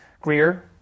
Greer